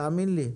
תאמין לי,